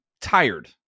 tired